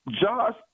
Josh